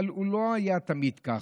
אבל הוא לא היה תמיד ככה,